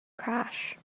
crash